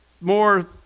more